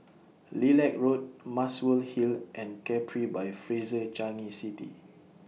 Lilac Road Muswell Hill and Capri By Fraser Changi City